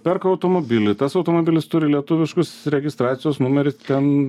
perka automobilį tas automobilis turi lietuviškus registracijos numerius ten